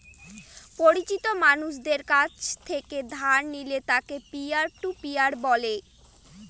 পরিচিত মানষের কাছ থেকে ধার নিলে তাকে পিয়ার টু পিয়ার বলে